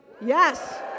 Yes